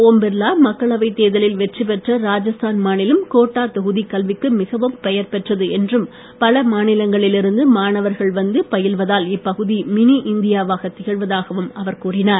ஓம் பிர்லா மக்களவைத் தேர்தலில் வெற்றி பெற்ற ராஜஸ்தான் மாநிலம் கோட்டா தொகுதி கல்விக்கு மிகவும் பெயர்பெற்றது என்றும் பல மாநிலங்களில் இருந்து மாணவர்கள் வந்து பயில்வதால் இப்பகுதி மினி இந்தியாவாக திகழ்வதாகவும் அவர் கூறினார்